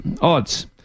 odds